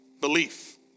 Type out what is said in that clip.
belief